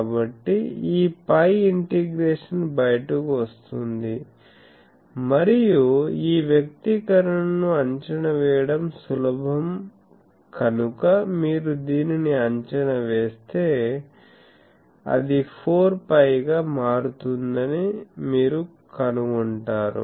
కాబట్టి ఈ π ఇంటిగ్రేషన్ బయటకు వస్తుంది మరియు ఈ వ్యక్తీకరణను అంచనా వేయడం సులభం కనుక మీరు దీనిని అంచనా వేస్తే అది 4π గా మారుతుందని మీరు కనుగొంటారు